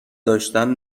داشتن